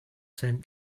sent